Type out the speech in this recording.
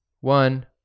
one